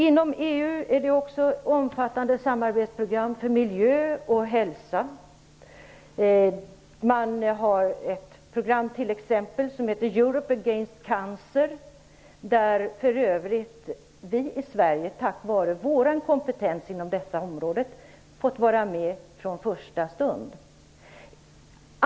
Inom EU finns också ett omfattande samarbetsprogram för miljö och hälsa. Man har t.ex. ett program som heter Europe Against Cancer, där för övrigt vi i Sverige tack vare vår kompetens på detta område fått vara med från första stund.